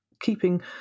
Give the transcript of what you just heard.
keeping